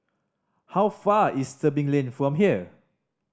how far is Tebing Lane from here